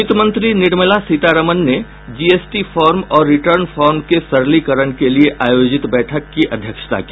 वित्तमंत्री निर्मला सीतारामन ने GST form और रिटर्न फार्म के सरलीकरण के लिए आयोजित बैठक की अध्यक्षता की